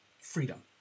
Freedom